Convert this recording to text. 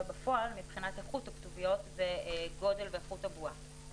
בפועל מבחינת איכות הכתוביות וגודל ואיכות הבועה.